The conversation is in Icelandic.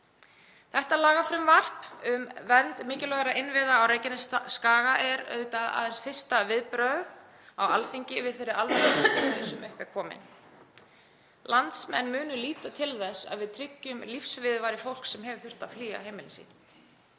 Þetta lagafrumvarp um vernd mikilvægra innviða á Reykjanesskaga er auðvitað aðeins fyrsta viðbragð á Alþingi við þeirri alvarlegu stöðu sem upp er komin. Landsmenn munu líta til þess að við tryggjum lífsviðurværi fólks sem hefur þurft að flýja heimili sín.